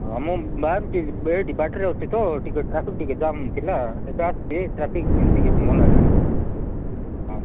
ମୁଁ ବାହାରୁଛି ଏଇଠି ବାଟରେ ଅଛି ତ ଟିକେ ଟ୍ରାଫିକ୍ ଟିକେ ଜାମ୍ ଥିଲା ଏବେ ଆସୁଛି ଟ୍ରାଫିକ୍ ଟିକେ ଭଲ ହେଲାଣି ହଁ